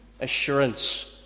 assurance